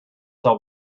sell